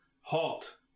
Halt